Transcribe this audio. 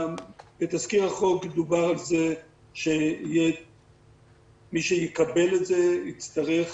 בתזכיר החוק דובר על זה שמי שיקבל את זה יצטרך